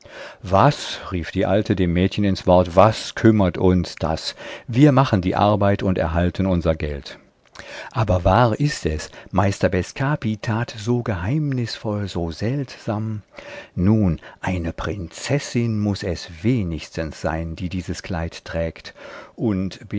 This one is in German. was fiel die alte dem mädchen ins wort was kümmert uns das wir machen die arbeit und erhalten unser geld aber wahr ist es meister bescapi tat so geheimnisvoll so seltsam nun eine prinzessin muß es wenigstens sein die dieses kleid trägt und